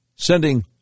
sending